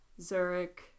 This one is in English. Zurich